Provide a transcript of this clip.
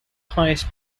highest